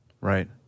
Right